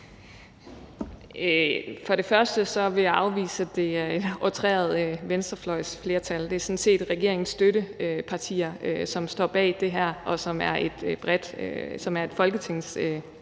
For det første vil jeg afvise, at det er et outreret venstrefløjsflertal. Det er sådan set regeringens støttepartier, som står bag det her, og det er et folketingsflertal.